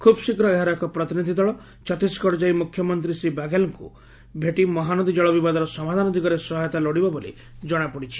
ଖୁବ୍ଶୀଘ୍ର ଏହାର ଏକ ପ୍ରତିନିଧି ଦଳ ଛତିଶଗଡ଼ ଯାଇ ମୁଖ୍ୟମନ୍ତୀ ଶ୍ରୀ ବାଘେଲଙ୍କୁ ଭେଟି ମହାନଦୀ ଜଳ ବିବାଦର ସମାଧାନ ଦିଗରେ ସହାୟତା ଲୋଡ଼ିବ ବୋଲି ଜଶାପଡ଼ିଛି